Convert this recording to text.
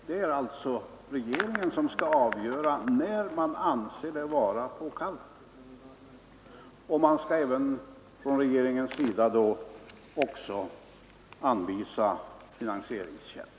Det är alltså regeringen som skall säga när man anser det vara påkallat, och regeringen skall då också anvisa finansieringskällor.